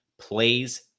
plays